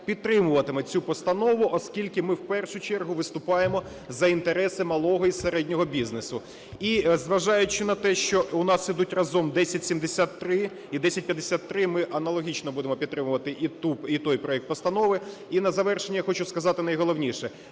підтримуватиме цю постанову, оскільки ми в першу чергу виступаємо за інтереси малого і середнього бізнесу. І зважаючи на те, що у нас ідуть разом 1073 і 1053, ми аналогічно будемо підтримувати і той проект постанови. І на завершення я хочу сказати найголовніше.